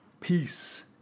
peace